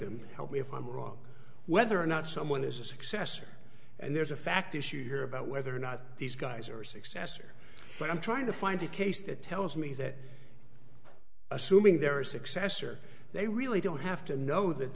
them help me if i'm wrong whether or not someone is a successor and there's a fact issue here about whether or not these guys are successor but i'm trying to find a case that tells me that assuming there are success or they really don't have to know that